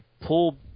pull